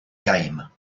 game